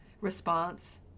Response